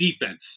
defense